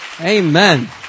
Amen